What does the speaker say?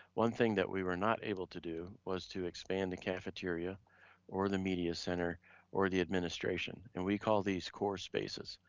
one thing that we were not able to do was to expand the cafeteria or the media center or the administration, and we call these core spaces.